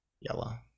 yellow